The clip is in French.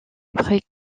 après